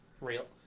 Real